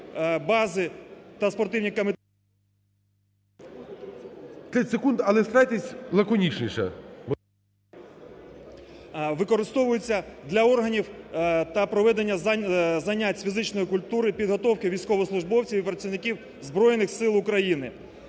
…використовуються для органів та проведення занять з фізичної культури, підготовки військовослужбовців і працівників Збройних Сил України.